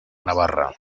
navarra